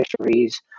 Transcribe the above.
fisheries